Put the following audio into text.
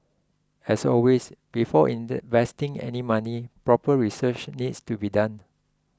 as always before in the vesting any money proper research needs to be done